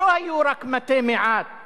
לא היו רק מתי מעט